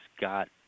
got